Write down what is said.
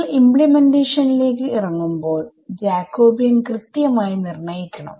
നിങ്ങൾ ഇമ്പ്ലിമെന്റേഷനിലേക്ക് ഇറങ്ങുമ്പോൾ ജാകോബിയൻ കൃത്യമായി നിർണ്ണയിക്കണം